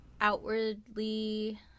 outwardly